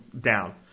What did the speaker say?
down